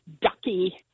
ducky